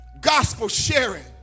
gospel-sharing